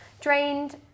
drained